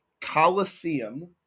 Colosseum